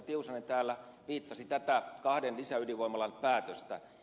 tiusanen täällä viittasi tätä kahden lisäydinvoimalan päätöstä